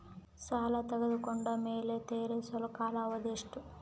ಸಾಲ ತಗೊಂಡು ಮೇಲೆ ತೇರಿಸಲು ಕಾಲಾವಧಿ ಎಷ್ಟು?